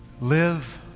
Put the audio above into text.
Live